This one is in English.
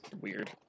Weird